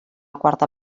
quarta